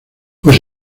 pues